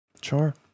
Sure